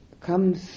comes